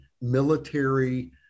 military